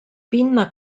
pinna